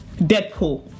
deadpool